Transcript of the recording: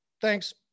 Thanks